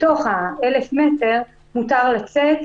בתוך 1000 המטר מותר לצאת